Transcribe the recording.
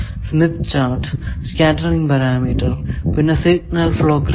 Smith chart scattering parameter പിന്നെ signal flow graph